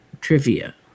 trivia